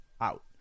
out